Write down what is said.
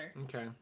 Okay